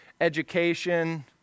education